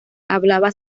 hablaba